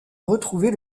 retrouver